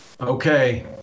Okay